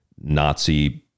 Nazi